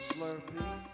Slurpee